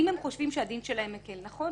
אם הם חושבים שהדין שלהם מקל, נכון.